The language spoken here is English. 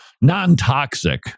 non-toxic